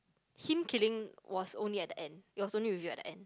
him killing was only at the end it was only reveal at the end